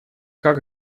как